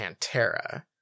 Pantera